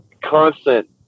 constant